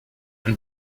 ein